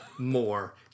More